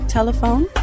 Telephone